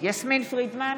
יסמין פרידמן,